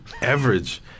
average